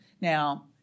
Now